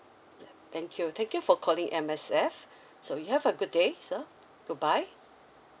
ya thank you thank you for calling M_S_F so you have a good day sir goodbye